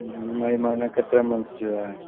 Vim आई माने केतिरे में अची वियो आहे